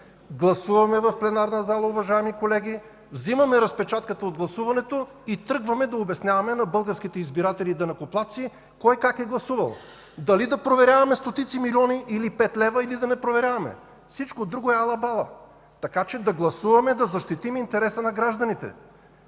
Гласуваме в пленарна зала, уважаеми колеги, взимаме разпечатката от гласуването и тръгваме да обясняваме на българските избиратели данъкоплатци кой как е гласувал – дали да проверяваме стотици милиони или пет лева или да не проверяваме. Всичко друго е ала-бала. Така че да гласуваме да защитим интереса на гражданите.